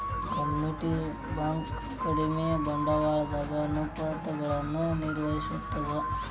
community bank ಕಡಿಮಿ ಬಂಡವಾಳದ ಅನುಪಾತಗಳನ್ನ ನಿರ್ವಹಿಸ್ತದ